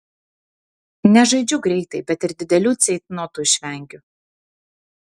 nežaidžiu greitai bet ir didelių ceitnotų išvengiu